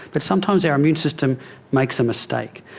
but sometimes our immune system makes a mistake,